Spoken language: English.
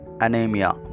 anemia